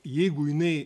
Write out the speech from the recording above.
jeigu jinai